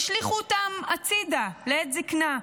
השליכו אותם הצידה לעת זקנה,